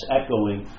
echoing